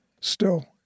Still